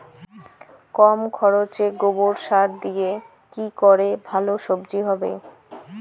কম খরচে গোবর সার দিয়ে কি করে ভালো সবজি হবে?